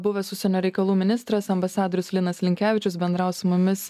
buvęs užsienio reikalų ministras ambasadorius linas linkevičius bendrav su mumis